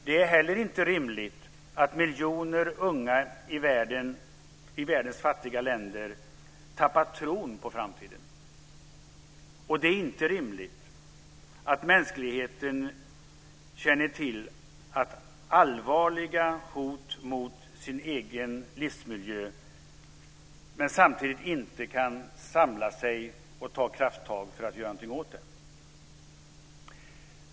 Det är heller inte rimligt att miljoner unga i världens fattiga länder tappat tron på framtiden. Det är inte rimligt att mänskligheten känner till allvarliga hot mot sin egen livsmiljö men samtidigt inte kan samla sig och ta krafttag för att göra någonting åt det.